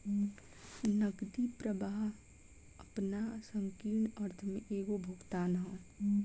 नगदी प्रवाह आपना संकीर्ण अर्थ में एगो भुगतान ह